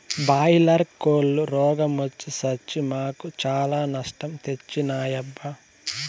boiler కోల్లు రోగ మొచ్చి సచ్చి మాకు చాలా నష్టం తెచ్చినాయబ్బా